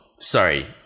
sorry